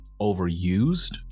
overused